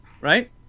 right